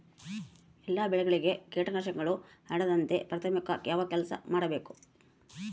ಎಲ್ಲ ಬೆಳೆಗಳಿಗೆ ಕೇಟನಾಶಕಗಳು ಹರಡದಂತೆ ಪ್ರಾಥಮಿಕ ಯಾವ ಕೆಲಸ ಮಾಡಬೇಕು?